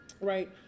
Right